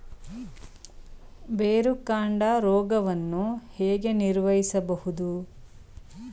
ಬೇರುಕಾಂಡ ರೋಗವನ್ನು ಹೇಗೆ ನಿರ್ವಹಿಸಬಹುದು?